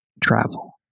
travel